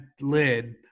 lid